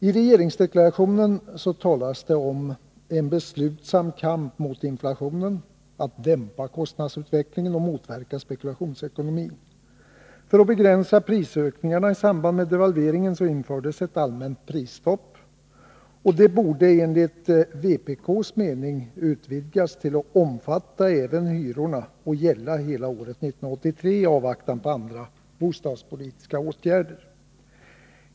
I regeringsdeklarationen talas det om en beslutsam kamp mot inflationen och att man skall dämpa kostnadsutvecklingen och motverka spekulationsekonomin. För att begränsa prisökningarna i samband med devalveringen infördes ett allmänt prisstopp. Detta borde, enligt vpk:s mening, utvidgas till att omfatta även hyrorna och gälla hela året 1983 i avvaktan på andra bostadspolitiska åtgärder.